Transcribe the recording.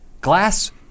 Glass